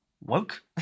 woke